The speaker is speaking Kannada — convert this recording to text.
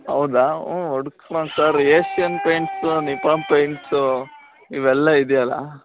ಹೌದಾ ಊಂ ಒಡ್ಸ್ಕೊಣ್ sir Asian Paints Nippon Paints ಇವೆಲ್ಲ ಇದೆಯಲ್ಲ